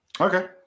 Okay